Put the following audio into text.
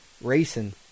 racing